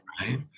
Right